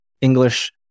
English